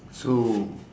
so